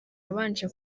wabanje